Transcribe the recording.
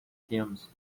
temos